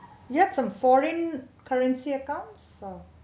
you have some foreign currency account so